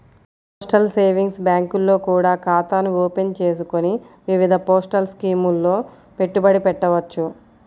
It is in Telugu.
పోస్టల్ సేవింగ్స్ బ్యాంకుల్లో కూడా ఖాతాను ఓపెన్ చేసుకొని వివిధ పోస్టల్ స్కీముల్లో పెట్టుబడి పెట్టవచ్చు